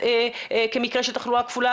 רק אנחנו נעשה אולי עדכון נתונים ממה שכן ידוע לנו,